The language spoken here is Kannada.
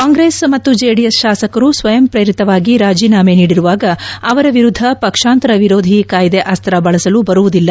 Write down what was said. ಕಾಂಗ್ರೆಸ್ ಮತ್ತು ಜೆಡಿಎಸ್ ಶಾಸಕರು ಸ್ವಯಂ ಪ್ರೇರಿತವಾಗಿ ರಾಜಿನಾಮ ನೀಡಿರುವಾಗ ಅವರ ವಿರುದ್ದ ಪಕ್ಷಾಂತರ ವಿರೋಧಿ ಕಾಯ್ದೆ ಅಸ್ತ್ರ ಬಳಸಲು ಬರುವುದಿಲ್ಲ